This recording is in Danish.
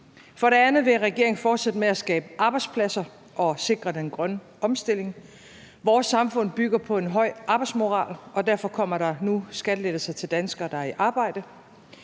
For det andet vil regeringen fortsætte med at skabe arbejdspladser og sikre den grønne omstilling. Vores samfund bygger på en høj arbejdsmoral, og derfor kommer der nu skattelettelser til danskere, der er i arbejde.